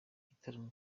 igitaramo